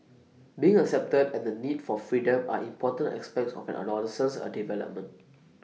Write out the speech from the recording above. being accepted and the need for freedom are important aspects of an adolescent's A development